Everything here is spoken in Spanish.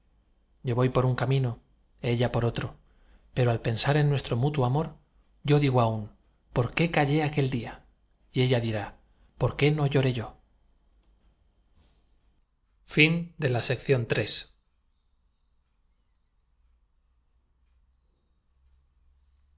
yo voy por un camino ella por otro pero al pensar en nuestro mutuo amor yo digo aún por qué callé aquel día y ella dirá por qué no lloré yo